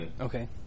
Okay